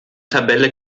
tabelle